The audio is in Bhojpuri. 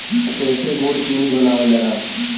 एसे गुड़ चीनी बनावल जाला